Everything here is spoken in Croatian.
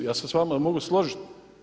Ja se sa vama mogu složiti.